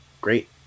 great